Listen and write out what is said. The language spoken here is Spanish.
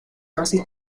casi